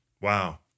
Wow